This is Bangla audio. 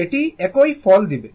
এটি একই ফল দিবে